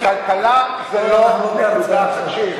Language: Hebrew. כלכלה זה לא, תקשיב.